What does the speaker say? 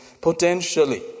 potentially